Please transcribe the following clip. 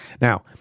Now